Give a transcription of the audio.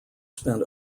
spent